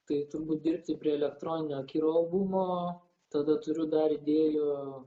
tai turbūt dirbti prie elektroninio kiro albumo tada turiu dar idėjų